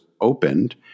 opened